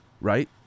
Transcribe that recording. right